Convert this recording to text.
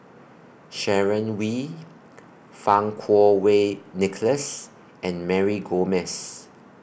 Sharon Wee Fang Kuo Wei Nicholas and Mary Gomes